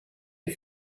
die